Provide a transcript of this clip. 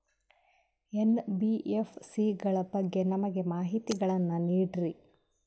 NBFC ಗಳ ಬಗ್ಗೆ ನಮಗೆ ಮಾಹಿತಿಗಳನ್ನ ನೀಡ್ರಿ?